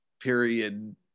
period